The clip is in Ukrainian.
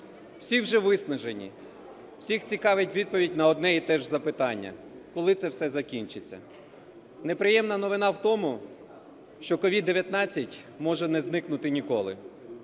Всі вже виснажені. Всіх цікавить відповідь на одне і теж запитання: коли це все закінчиться? Неприємна новина в тому, що СOVID-19 може не зникнути ніколи.